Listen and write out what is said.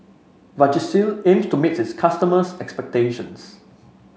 Vagisil aims to meet its customers' expectations